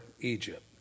Egypt